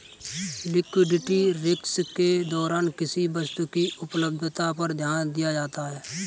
liquidity risk के दौरान किसी वस्तु की उपलब्धता पर ध्यान दिया जाता है